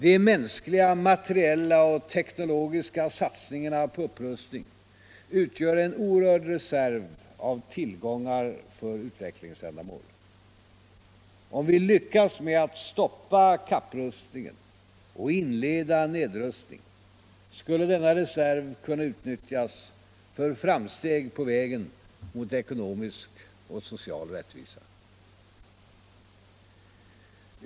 De mänskliga, materiella och teknologiska satsningarna på upprustning utgör en oerhörd reserv av tillgångar för utvecklingsändamål. Om vi lyckas med att stoppa kapprustningen och inleda nedrustning, skulle denna reserv kunna utnyttjas för framsteg på vägen mot ekonomisk och social rättvisa.